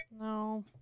No